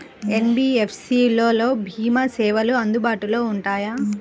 NBFC లలో భీమా సేవలు అందుబాటులో ఉంటాయా?